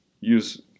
use